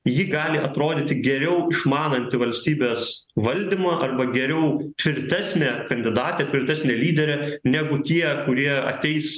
ji gali atrodyti geriau išmananti valstybės valdymą arba geriau tvirtesnė kandidatė tvirtesnė lyderė negu tie kurie ateis